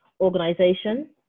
organization